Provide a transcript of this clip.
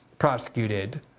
prosecuted